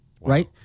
right